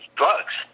drugs